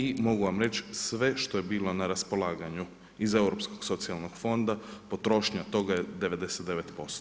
I mogu vam reći, sve što je bilo na raspolaganju iz Europskog socijalnog fonda potrošnja toga je 99%